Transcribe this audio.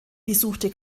besuchte